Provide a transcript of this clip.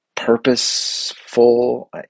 purposeful